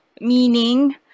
meaning